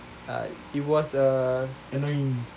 uh it was a